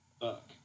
Fuck